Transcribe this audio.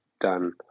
done